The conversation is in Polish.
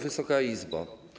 Wysoka Izbo!